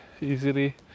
easily